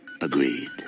Agreed